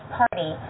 party